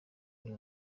uyu